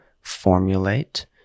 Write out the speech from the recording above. formulate